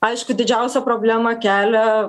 aišku didžiausia problemą kelia